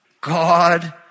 God